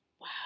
Wow